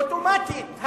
אוטומטית,